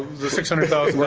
the six hundred thousand